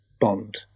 bond